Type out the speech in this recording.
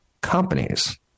Companies